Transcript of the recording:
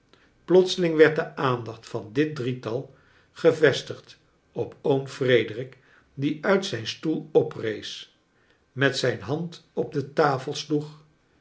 plotseling werd de aandacht van dit drietal gevestigd op oom frederik die uit zijn stoel oprees met zijn hand op de tafe sloeg